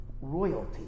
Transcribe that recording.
royalty